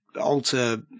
alter